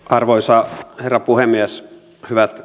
arvoisa herra puhemies hyvät